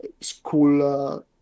school